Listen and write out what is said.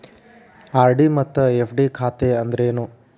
RD ಮತ್ತ FD ಖಾತೆ ಅಂದ್ರೇನು